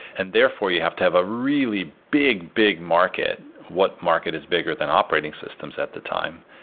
and therefore, you have to have a really big, big market what market is bigger than operating systems at the time?